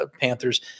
Panthers